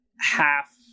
half